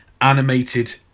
animated